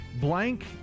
blank